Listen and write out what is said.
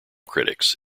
critics